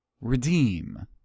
redeem